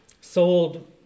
sold